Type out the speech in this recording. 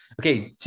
okay